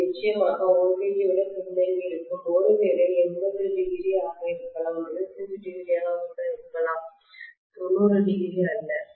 இது நிச்சயமாகவோல்டேஜ் ஐ விட பின்தங்கியிருக்கும் ஒருவேளை 80° ஆக இருக்கலாம் 75° ஆக இருக்கலாம் 90° அல்ல